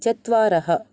चत्वारः